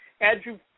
Andrew